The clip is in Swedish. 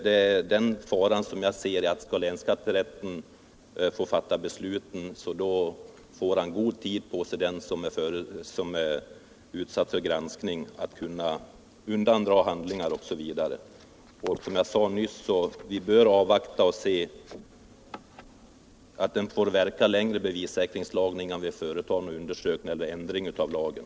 Det är den faran jag ser — skall länsskatterätten fatta besluten får den som är utsatt för granskning god tid på sig att undandra handlingar osv. Och som jag sade nyss: Vi bör avvakta och låta bevissäkringslagen verka längre, innan vi företar undersökningar eller gör ändringar i lagen.